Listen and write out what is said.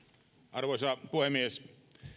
arvoisa puhemies